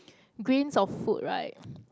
grains of food right